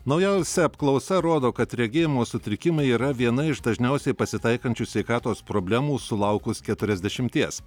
naujausia apklausa rodo kad regėjimo sutrikimai yra viena iš dažniausiai pasitaikančių sveikatos problemų sulaukus keturiasdešimties